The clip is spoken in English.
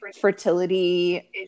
fertility